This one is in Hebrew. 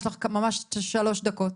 יש לך ממש שלוש דקות.